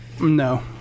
No